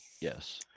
Yes